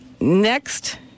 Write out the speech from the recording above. next